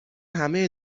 همه